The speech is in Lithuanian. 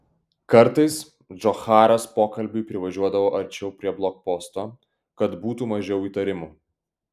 kartais džocharas pokalbiui privažiuodavo arčiau prie blokposto kad būtų mažiau įtarimų